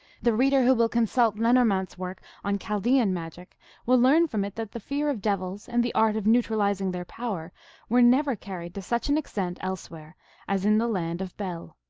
the reader who will consult lenormant s work on chaldean magic will learn from it that the fear of devils and the art of neutralizing their power were never carried to such an extent elsewhere as in the land of bel.